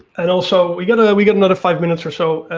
and also we've got we've got another five minutes or so.